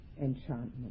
enchantment